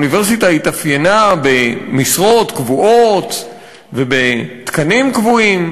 האוניברסיטה התאפיינה במשרות קבועות ובתקנים קבועים,